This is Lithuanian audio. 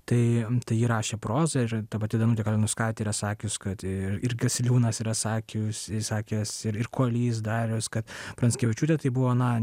tai tai ji rašė prozą ir ta pati danutė kalinauskaitė yra sakius kad ir gasiliūnas yra sakius sakęs ir kuolys darius kad pranskevičiūtė tai buvo na